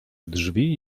drzwi